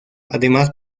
además